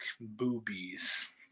boobies